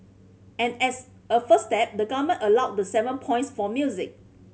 and as a first step the Government allowed the seven points for music